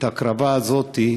מההקרבה הזאת,